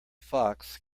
fox